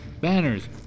banners